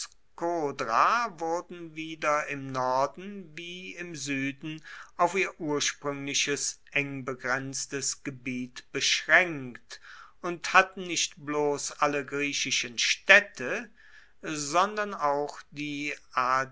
wurden wieder im norden wie im sueden auf ihr urspruengliches engbegrenztes gebiet beschraenkt und hatten nicht bloss alle griechischen staedte sondern auch die